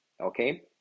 Okay